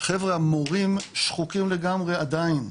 חבר'ה המורים שחוקים לגמרי עדיין.